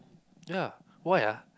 ya why ah